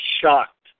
shocked